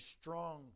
strong